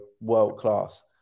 world-class